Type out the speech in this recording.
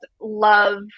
love